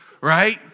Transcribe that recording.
Right